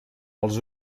els